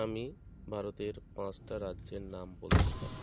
আমি ভারতের পাঁচটা রাজ্যের নাম বলতে পারব